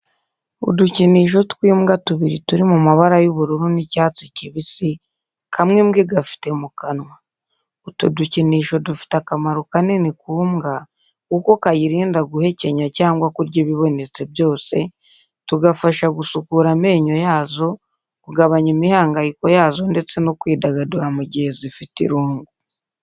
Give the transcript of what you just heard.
Udukinisho tw'imbwa tubiri turi mu mabara y'ubururu n'icyatsi kibisi, kamwe imbwa igafite mu kanwa. Utu dukinisho dufite akamaro kanini ku mbwa kuko kayirinda guhekenya cyangwa kurya ibibonetse byose, tugafasha gusukura amenyo yazo, kugabanya imihangayiko yazo ndetse no kwidagadura mu gihe zifite irungu.